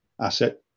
asset